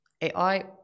AI